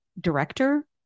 director